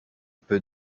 peut